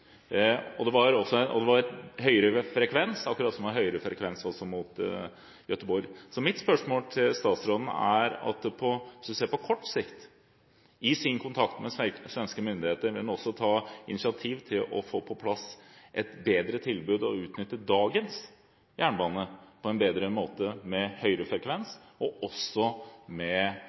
Det var høyere frekvens, akkurat som det var høyere frekvens også mot Göteborg. Mitt spørsmål til statsråden er: Hvis han ser på kort sikt, vil han, i sin kontakt med svenske myndigheter, ta initiativ til å få på plass et bedre tilbud og utnytte dagens jernbane på en bedre måte med høyere frekvens og også med